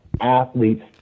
athletes